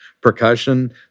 percussion